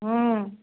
ह्म्म